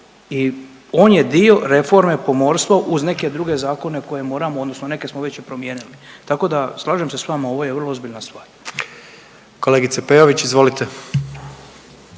i on je dio reforme pomorstva uz neke druge zakone koje moramo odnosno neke smo već i promijenili. Tako da slažem se s vama ovo je vrlo ozbiljna stvar. **Jandroković, Gordan